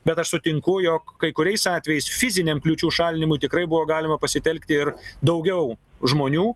bet aš sutinku jog kai kuriais atvejais fiziniam kliūčių šalinimu tikrai buvo galima pasitelkti ir daugiau žmonių